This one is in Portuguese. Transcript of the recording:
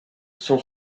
são